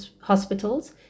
Hospitals